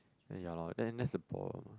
and ya lor then that's problem